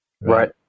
Right